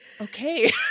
okay